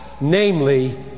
namely